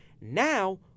Now